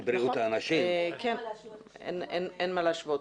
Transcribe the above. בריאות האדם אז אין מה להשוות --- אין מה להשוות.